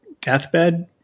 deathbed